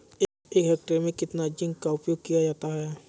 एक हेक्टेयर में कितना जिंक का उपयोग किया जाता है?